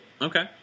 okay